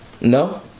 No